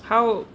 how